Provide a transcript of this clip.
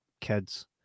kids